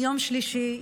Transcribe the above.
יום שלישי,